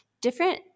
different